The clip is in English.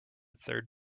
third